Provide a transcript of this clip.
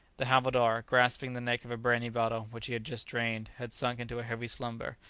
the havildar, grasping the neck of a brandy-bottle which he had just drained, had sunk into a heavy slumber,